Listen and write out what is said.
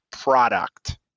product